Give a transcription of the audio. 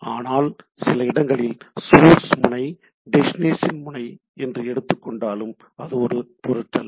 ஆனால் சில இடங்களில் சோர்ஸ் முனை டெஸ்டினேஷன் முனை என்று எடுத்துக்கொண்டாலும் அது ஒரு பொருட்டல்ல